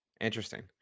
Interesting